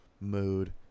mood